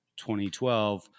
2012